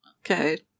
Okay